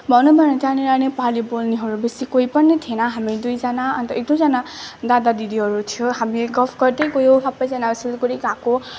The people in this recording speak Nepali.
भनौँ भने त्यहाँनिर नेपाली बोल्नेहरू बेसी कोही पनि थिएन हामी दुईजना अन्त एक दुईजना दादा दिदीहरू थियो हामी गफ गर्दै गयो सबैजना सिलगढी गएको